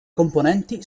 componenti